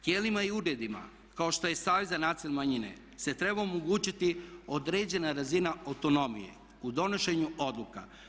Tijelima i uredima kao što je i Savjet za nacionalne manjine se treba omogućiti određena razina autonomije u donošenju odluka.